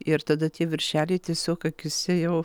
ir tada tie viršeliai tiesiog akyse jau